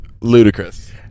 ludicrous